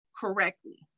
correctly